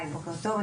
בוקר טוב.